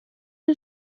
une